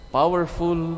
powerful